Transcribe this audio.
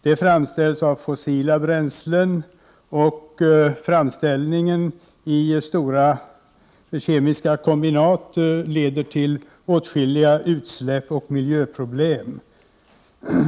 Det framställs av fossila bränslen, och framställningen i stora kemiska kombinat leder till åtskilliga utsläpp och miljöproblem.